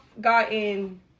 gotten